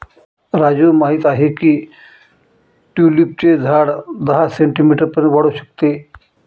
राजू माहित आहे की ट्यूलिपचे झाड दहा सेंटीमीटर पर्यंत वाढू शकते